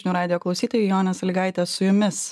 žinių radijo klausytojai jonė salygaitė su jumis